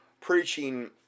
preaching